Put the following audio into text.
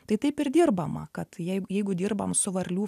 tai taip ir dirbama kad jeigu jeigu dirbam su varlių